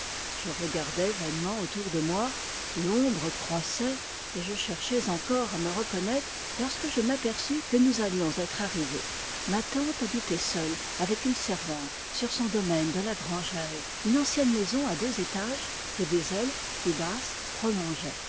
je regardais vainement autour de moi l'ombre croissait et je cherchais encore à me reconnaître lorsque je m'aperçus que nous allions être arrivés ma tante habitait seule avec une servante sur son domaine de la grangère une ancienne maison à deux étages que des ailes plus basses